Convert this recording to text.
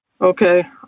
Okay